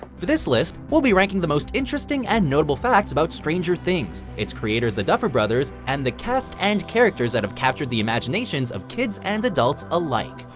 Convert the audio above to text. for this list, we'll be ranking the most interesting and notable facts about stranger things, its creators, the duffer brothers, and the cast and characters that have captured the imaginations of kids and adults alike.